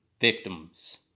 victims